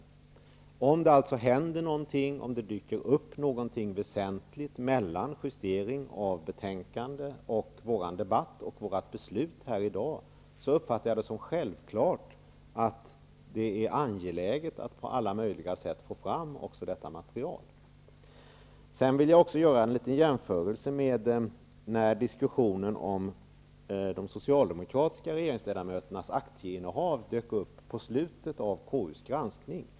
Jag uppfattar det som självklart att det är angeläget att få fram materialet, om det dyker upp någonting väsentligt mellan justeringen av betänkandet och debatten och beslutet här i dag. Jag vill också göra en jämförelse med situationen då diskussionen om de socialdemokratiska regeringsledamöternas aktieinnehav dök upp, i slutet av KU:s granskning.